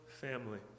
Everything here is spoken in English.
family